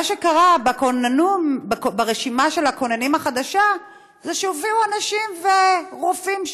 מה שקרה ברשימה החדשה של הכוננים זה שהופיעו אנשים ורופאים,